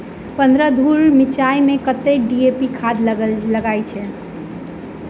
पन्द्रह धूर मिर्चाई मे कत्ते डी.ए.पी खाद लगय छै?